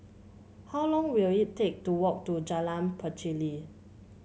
how long will it take to walk to Jalan Pacheli